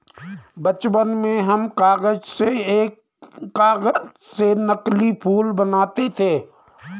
बचपन में हम कागज से नकली फूल बनाते थे